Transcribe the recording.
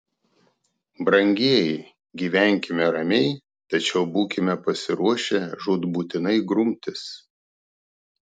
brangieji gyvenkime ramiai tačiau būkime pasiruošę žūtbūtinai grumtis